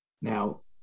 Now